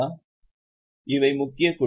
எனவே இவை முக்கிய குழுக்கள்